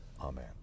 Amen